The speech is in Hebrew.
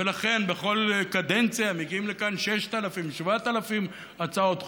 ולכן בכל קדנציה מגיעים לכאן 6,000 7,000 הצעות חוק,